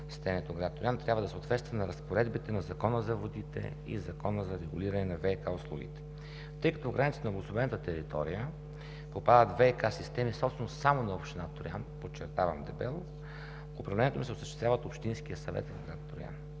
„Стенето“ – град Троян, трябва да съответства на разпоредбите на Закона за водите и Закона за регулиране на ВиК услугите. Тъй като в границата на обособената територия попадат ВиК системи собственост само на община Троян – подчертавам дебело, управлението се осъществява от Общинския съвет на град Троян.